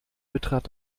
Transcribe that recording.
betrat